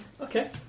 Okay